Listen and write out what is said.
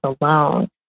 alone